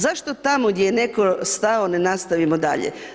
Zašto tamo gdje je netko stao ne nastavimo dalje?